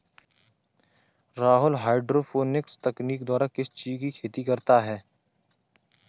Rahul hydroponics तकनीक द्वारा किस चीज की खेती करता है?